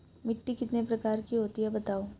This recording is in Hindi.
मिट्टी कितने प्रकार की होती हैं बताओ?